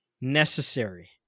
necessary